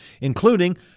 including